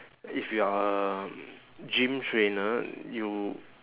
if you're a gym trainer you